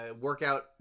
workout